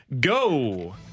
Go